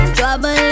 Trouble